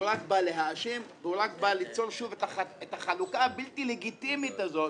הוא רק בא להאשים והוא רק בא ליצור שוב את החלוקה הבלתי לגיטימית הזאת